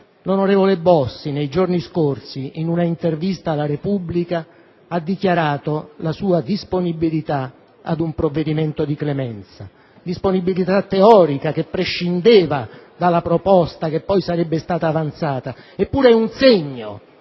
l'onorevole Bossi, nei giorni scorsi, in un'intervista alla «Repubblica», ha dichiarato la sua disponibilità ad un provvedimento di clemenza; disponibilità teorica che prescindeva dalla proposta che poi sarebbe stata avanzata, eppure è il segno